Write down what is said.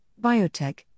biotech